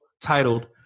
titled